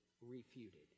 refuted